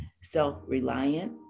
self-reliant